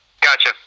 Gotcha